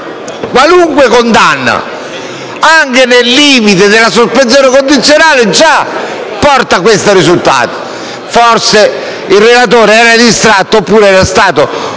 qualunque condanna, anche nel limite della sospensione condizionale, porta già a questo risultato. Forse il relatore era distratto oppure è stato